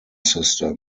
system